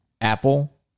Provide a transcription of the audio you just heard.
Apple